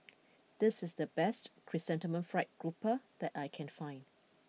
this is the best Chrysanthemum Fried Grouper that I can find